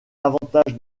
avantage